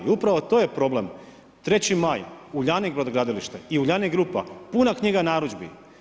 I upravo to je problem, Treći Maj, Uljanik brodogradilište i Uljanik grupa puna knjiga narudžbi.